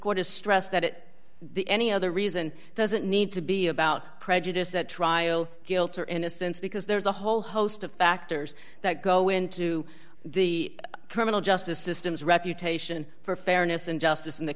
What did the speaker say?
has stressed that it the any other reason doesn't need to be about prejudice at trial guilt or innocence because there's a whole host of factors that go into the criminal justice system's reputation for fairness and justice in the